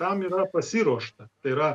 tam yra pasiruošta tai yra